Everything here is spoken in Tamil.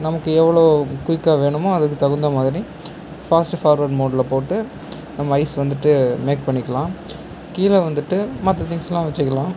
நமக்கு எவ்வளோ குயிக்காக வேணுமோ அதுக்கு தகுந்த மாதிரி ஃபாஸ்ட் ஃபார்வர்ட் மோட்ல போட்டு நம்ம ஐஸ் வந்துட்டு மேக் பண்ணிக்கலாம் கீழே வந்துட்டு மற்ற திங்ஸ்லாம் வச்சிக்கலாம்